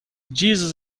jesus